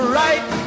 right